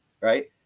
right